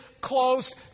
close